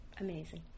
amazing